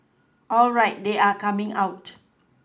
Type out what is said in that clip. alright they are coming out